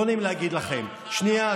לא נעים לי להגיד לכם, הוא לא סופר אף אחד.